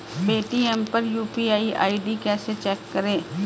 Paytm पर UPI ID कैसे check करें?